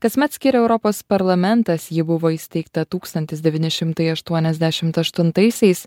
kasmet skiria europos parlamentas ji buvo įsteigta tūkstantis devyni šimtai aštuoniasdešimt aštuntaisiais